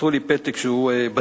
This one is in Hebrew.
ומסרו לי פתק שהוא בדרך,